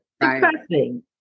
depressing